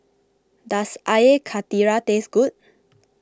does Air Karthira taste good